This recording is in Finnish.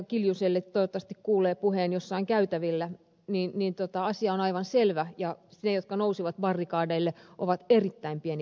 kiljuselle joka toivottavasti kuulee puheeni jossain käytävillä että valtaosalle opiskelijoista asia on aivan selvä ja ne jotka nousivat barrikadeille ovat erittäin pieni vähemmistö